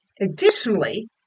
Additionally